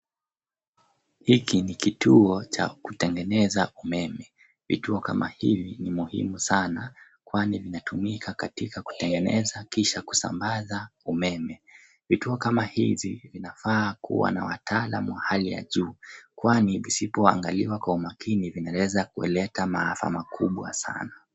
Hiki ni kituo cha kutengeneza umeme. Vituo kama hivi ni muhimu sana kwani vimetumika katika kutengeneza kisha kusambaza umeme. Vituo kama hivi vinafaa kuwa na wataalamu wa hali ya juu kwani visipoangaliwa kwa umakini vinaweza kuleta maafa makubwa sana.